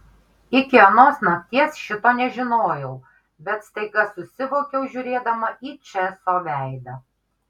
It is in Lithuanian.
iki anos nakties šito nežinojau bet staiga susivokiau žiūrėdama į česo veidą